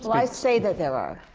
i say that there are.